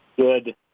good